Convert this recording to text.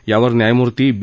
यावर न्यायमूर्ती बी